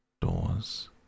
doors